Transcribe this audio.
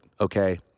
okay